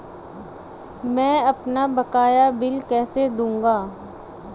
मैं अपना बकाया बिल कैसे देखूं?